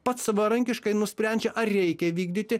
pats savarankiškai nusprendžia ar reikia vykdyti